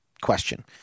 question